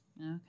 Okay